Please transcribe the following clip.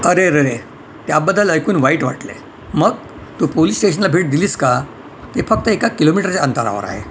अरेरे त्याबद्दल ऐकून वाईट वाटले मग तू पोलिस स्टेशनला भेट दिलीस का ते फक्त एका किलोमिटरच्या अंतरावर आहे